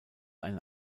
eine